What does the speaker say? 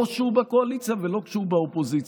לא כשהוא בקואליציה ולא כשהוא באופוזיציה.